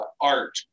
art